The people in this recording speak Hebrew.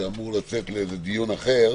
שאמור לצאת לדיון אחר.